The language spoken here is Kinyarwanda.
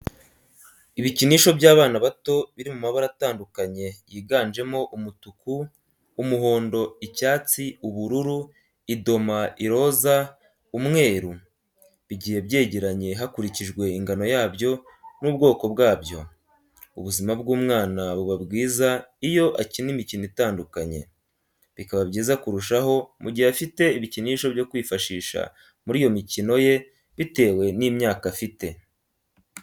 Ibikinisho by'abana bato biri mu mabara atandukanye yiganjemo umutuku, umuhondo, icyatsi ,ubururu , idoma , iroza, umweru, bigiye byegeranye hakurikijwe ingano yabyo n'ubwoko bwabyo ubuzima bw'umwana buba bwiza iyo akina imikino itandukanye, bikaba byiza kurushaho mu gihe afite ibikinisho byo kwifashisha muri iyo mikino ye bitewe n'imyaka afite.